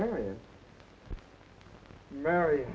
marion barry